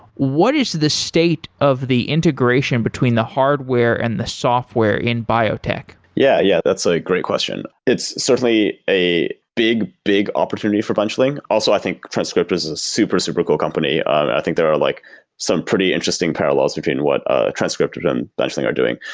what is the state of the integration between the hardware and the software in biotech? yeah, yeah. that's a great question. it's certainly a big, big opportunity for benchling. also, i think transcriptic is a super, super cool company. i think there are like some pretty interesting parallels between what ah transcriptic and benchling are doing.